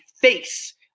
face